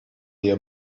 diye